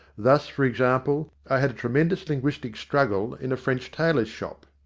thus, for example, i had a tremendous linguistic struggle in a french tailors shop.